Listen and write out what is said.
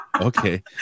Okay